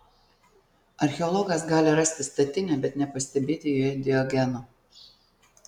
archeologas gali rasti statinę bet nepastebėti joje diogeno